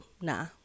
nah